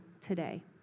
today